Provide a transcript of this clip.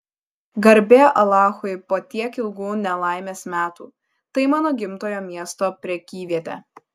garbė alachui po tiek ilgų nelaimės metų tai mano gimtojo miesto prekyvietė